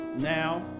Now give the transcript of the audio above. now